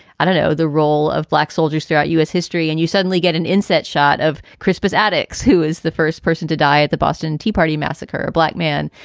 i don't know the role of black soldiers throughout u s. history. and you suddenly get an inset shot of christmas attucks, who is the first person to die at the boston tea party massacre, a black man.